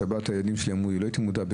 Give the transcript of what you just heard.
הילדים שלי אמרו לי בשבת על